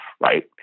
right